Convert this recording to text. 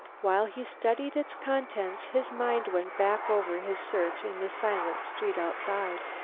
while he studied its contents his mind went back over his search in the silent street outside.